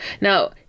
now